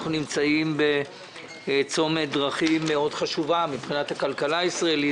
אנחנו נמצאים בצומת דרכים חשוב מאוד מבחינת הכלכלה הישראלית,